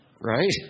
Right